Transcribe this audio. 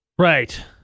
Right